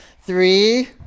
Three